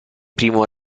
primo